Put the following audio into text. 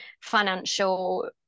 financial